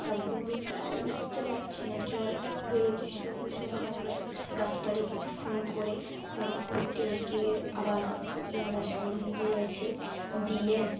তা গরুটাও উঠতে পারছে না জ্বরেতে পুড়ে গিয়েছে সঙ্গে সঙ্গে আমরা ডাক্তারের কাছে ফোন করে ফোন করে ডেকে আবার ইনঞ্জেকশন দিয়েছে দিয়ে